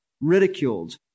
ridiculed